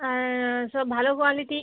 আর সব ভালো কোয়ালিটি